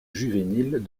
juvéniles